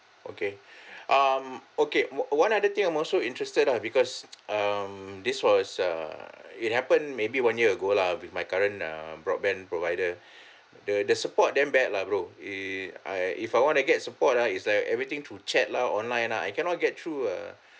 okay um okay one one other thing I'm also interested ah because um this was err it happened maybe one year ago lah with my current err broadband provider the the support damn bad lah bro i~ I if I want to get support ah is like everything to chat lah online lah I cannot get through a